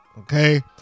Okay